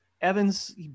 Evans